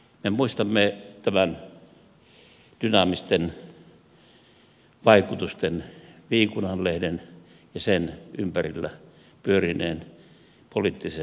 me muistamme tämän dynaamisten vaikutusten viikunanlehden ja sen ympärillä pyörineen poliittisen farssin